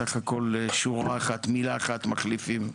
בסך הכול שורה אחת, מילה אחת מחליפים.